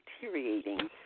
deteriorating